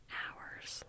hours